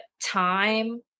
time